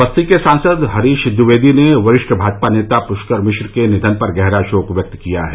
बस्ती के सांसद हरीश द्विवेदी ने वरिष्ठ भाजपा नेता पुष्कर मिश्र के निधन पर गहरा शोक व्यक्त किया है